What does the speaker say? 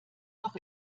noch